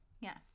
Yes